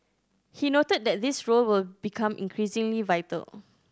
he noted that this role will become increasingly vital